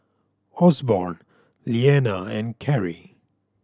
Osborn Liana and Cary